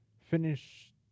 finish